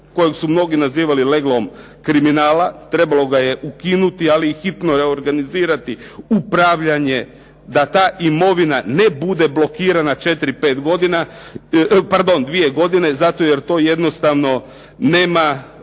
kojeg su mnogi nazivali leglom kriminala, trebalo ga je ukinuti ali i hitno reorganizirati upravljanje da ta imovina ne bude blokirana 4, 5 godina, pardon 2 godine zato jer to jednostavno nema